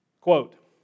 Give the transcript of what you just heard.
Quote